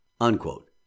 unquote